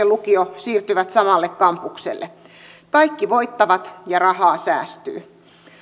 lukio siirtyvät samalle kampukselle kaikki voittavat ja rahaa säästyy